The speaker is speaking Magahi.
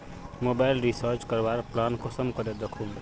मोबाईल रिचार्ज करवार प्लान कुंसम करे दखुम?